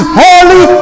holy